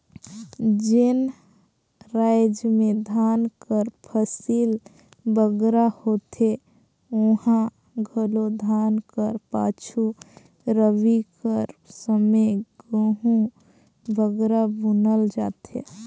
जेन राएज में धान कर फसिल बगरा होथे उहां घलो धान कर पाछू रबी कर समे गहूँ बगरा बुनल जाथे